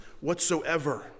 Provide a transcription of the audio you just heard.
whatsoever